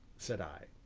said i.